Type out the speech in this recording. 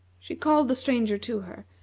she called the stranger to her,